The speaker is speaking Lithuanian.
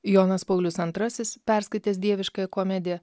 jonas paulius antrasis perskaitęs dieviškąją komediją